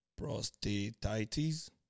prostatitis